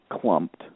clumped